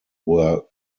were